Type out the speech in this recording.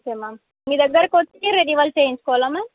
okay ma'am మీ దగ్గరకు వచ్చి రెన్యువల్ చేయించుకోవాలా మ్యామ్